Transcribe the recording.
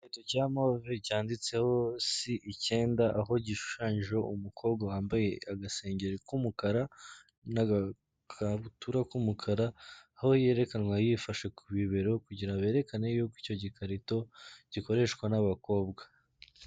Ikarito cya move cyanditseho C9, aho gishushanyije umukobwa wambaye agasengeri k'umukara n'agakabutura k'umukara, aho yerekanwa yifashe ku bibero kugira berekane y'uko icyo gikarito gikoreshwa n'abakobwa.